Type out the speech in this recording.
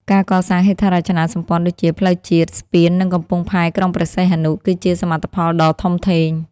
ការកសាងហេដ្ឋារចនាសម្ព័ន្ធដូចជា ផ្លូវជាតិ ស្ពាន និងកំពង់ផែក្រុងព្រះសីហនុ គឺជាសមិទ្ធផលដ៏ធំធេង។